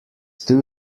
two